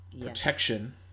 protection